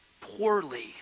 poorly